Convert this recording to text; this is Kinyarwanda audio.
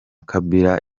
kabila